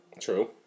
True